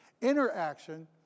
Interaction